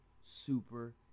super